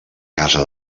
casa